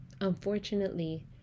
unfortunately